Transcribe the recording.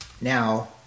now